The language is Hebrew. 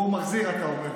הוא מחזיר, אתה אומר.